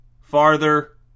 Farther